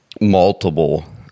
multiple